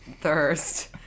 Thirst